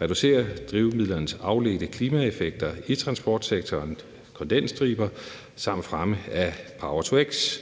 reducere drivmidlernes afledte klimaeffekter i transportsektoren, kondensstriber samt fremme af power-to-x.